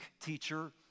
teacher